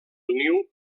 niu